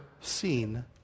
seen